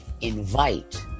Invite